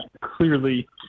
clearly